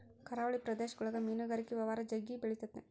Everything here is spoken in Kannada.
ಕರಾವಳಿ ಪ್ರದೇಶಗುಳಗ ಮೀನುಗಾರಿಕೆ ವ್ಯವಹಾರ ಜಗ್ಗಿ ಬೆಳಿತತೆ